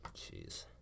Jeez